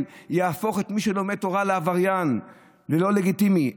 יהפוך את מי שלומד תורה לעבריין ולא לגיטימי.